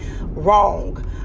wrong